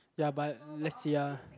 ya but let's see ah